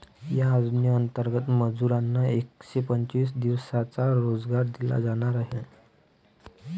या योजनेंतर्गत मजुरांना एकशे पंचवीस दिवसांचा रोजगार दिला जाणार आहे